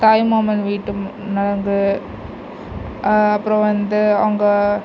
தாய் மாமன் வீட்டு நலங்கு அப்புறம் வந்து அவங்க